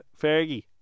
Fergie